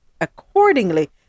accordingly